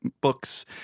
books